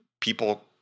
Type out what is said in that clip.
people